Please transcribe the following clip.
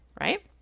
right